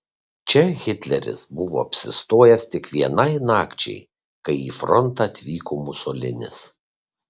čia hitleris buvo apsistojęs tik vienai nakčiai kai į frontą atvyko musolinis